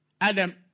Adam